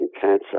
cancer